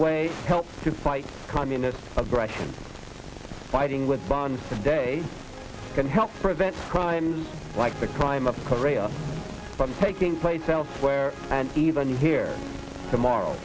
way help to fight communist aggression fighting with bombs today can help prevent crimes like the crime of korea from taking place elsewhere and even here tomorrow